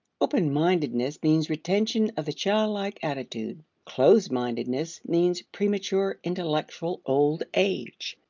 open-mindedness means retention of the childlike attitude closed-mindedness means premature intellectual old age.